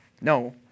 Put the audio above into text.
No